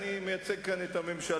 אני מייצג כאן את הממשלה,